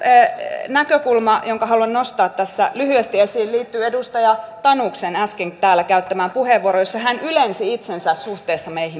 toinen näkökulma jonka haluan nostaa tässä lyhyesti esiin liittyy edustaja tanuksen äsken täällä käyttämään puheenvuoroon jossa hän ylensi itsensä suhteessa meihin muihin